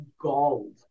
gold